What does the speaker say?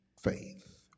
faith